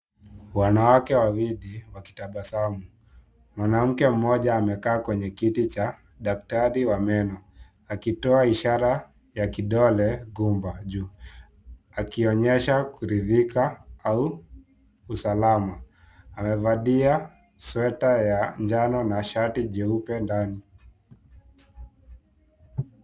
Wanawake wawili wakitabasamu. Mwanamke mmoja amekaa kwenye kiti cha daktari wa meno akitoa ishara ya kidole gumba juu, akionyesha kuridhika au usalama. Amevalia sweta ya njano na shati jeupe ndani.